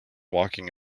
walking